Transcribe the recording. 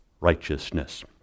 righteousness